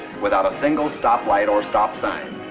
without a single stop light or stop sign.